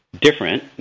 different